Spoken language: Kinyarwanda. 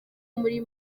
muri